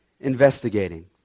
investigating